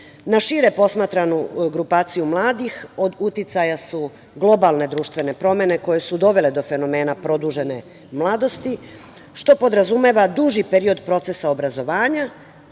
Na šire posmatranu grupaciju mladih od uticaja su globalne društvene promene koje su dovele do fenomena produžene mladosti, što podrazumeva duži period procesa obrazovanja,